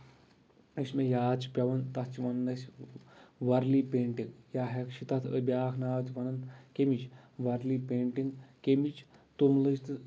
یُس مےٚ یاد چھُ پیوان تَتھ چھُ وَنان أسۍ وارلی پینٹنٛگ یا ہٮ۪کھ چھِ تَتھ بیاکھ ناو تہِ پَنُن کمِچ وارلی پینٹگ کَمِچ توملٕچ تہٕ